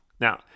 Now